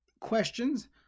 questions